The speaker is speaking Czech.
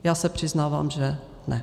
Já se přiznávám, že ne.